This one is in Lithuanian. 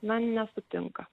na nesutinka